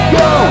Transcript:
go